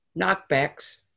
knockbacks